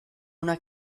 una